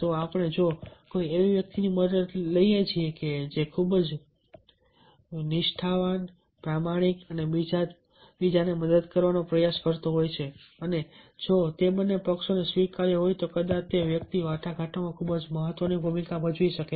તો આપણે જો આપણે કોઈ એવી વ્યક્તિની મદદ લઈએ જે ખરેખર ખૂબ જ નિષ્ઠાવાન પ્રમાણિક અને એકબીજાને મદદ કરવાનો પ્રયાસ કરે છે અને જો તે બંને પક્ષોને સ્વીકાર્ય હોય તો કદાચ તે વ્યક્તિ વાટાઘાટોમાં ખૂબ મહત્વની ભૂમિકા ભજવી શકે